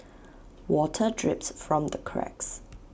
water drips from the cracks